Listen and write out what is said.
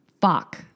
fuck